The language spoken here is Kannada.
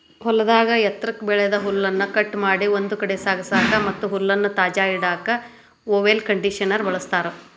ಹೊಲದಾಗ ಎತ್ರಕ್ಕ್ ಬೆಳದ ಹುಲ್ಲನ್ನ ಕಟ್ ಮಾಡಿ ಒಂದ್ ಕಡೆ ಸಾಗಸಾಕ ಮತ್ತ್ ಹುಲ್ಲನ್ನ ತಾಜಾ ಇಡಾಕ ಮೊವೆರ್ ಕಂಡೇಷನರ್ ನ ಬಳಸ್ತಾರ